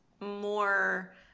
more